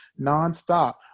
nonstop